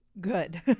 good